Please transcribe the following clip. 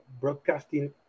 broadcasting